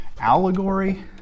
allegory